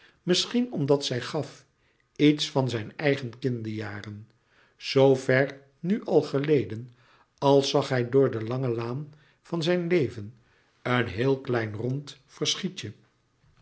misschien omdat zij gaf iets van zijn eigen kinderjaren zoo ver nu al geleden als zag hij door de lange laan van zijn leven een heel klein rond verschietje